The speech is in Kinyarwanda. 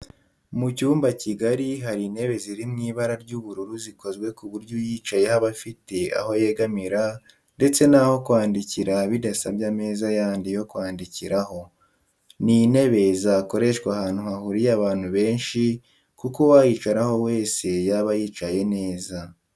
Mu cyumba kigari hari intebe ziri mu ibara ry'ubururu zikozwe ku buryo uyicayeho aba afite aho yegamira ndetse n'aho kwandikira bidasabye ameza yandi yo kwandikiraho. Ni intebe zakoreshwa ahantu hahuriye abantu benshi kuko uwayicaraho wese yaba yicaye neza